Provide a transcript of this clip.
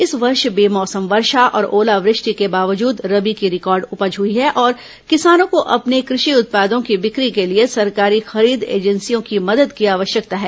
इस वर्ष बेमौसम वर्षा और ओलावृष्टि के बावजूद रबी की रिकॉर्ड उपज हुई है और किसानों को अपने कृषि उत्पादों की बिक्री के लिए सरकारी खरीद एजेंसियों की मदद की आवश्यकता है